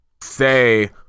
say